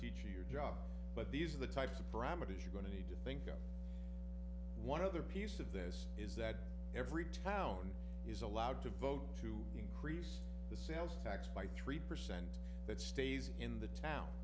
teach you your job but these are the types of parameters you're going to need to think oh one other piece of this is that every town is allowed to vote to increase the sales tax by three percent that stays in the town